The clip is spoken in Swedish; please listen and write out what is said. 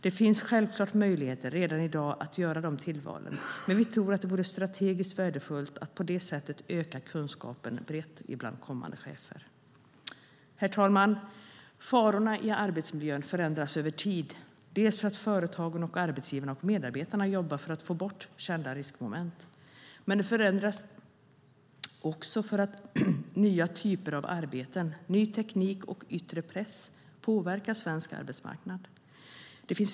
Det finns självklart möjligheter redan i dag att göra de tillvalen, men vi tror att det vore strategiskt värdefullt att på det sättet öka kunskapen bland kommande chefer. Herr talman! Farorna i arbetsmiljön förändras över tid, dels för att arbetsgivare och medarbetare jobbar för att få bort kända riskmoment, dels för att nya typer av arbeten, ny teknik och yttre press påverkar svensk arbetsmarknad.